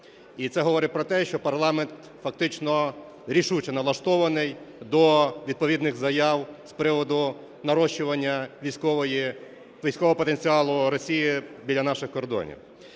І це говорить про те, що парламент фактично рішуче налаштований до відповідних заяв з приводу нарощування військового потенціалу Росії біля наших кордонів.